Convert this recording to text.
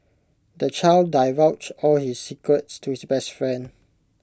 the child divulged all his secrets to his best friend